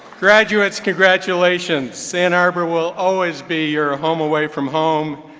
graduates, congratulations. ann arbor will always be your ah home away from home,